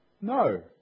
No